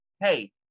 Hey